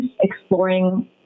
exploring